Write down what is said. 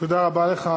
תודה רבה לך.